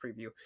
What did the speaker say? preview